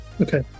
okay